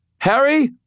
Harry